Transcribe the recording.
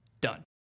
done